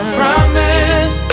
promise